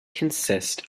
consist